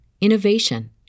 innovation